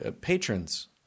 patrons